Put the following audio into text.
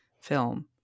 film